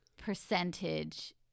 percentage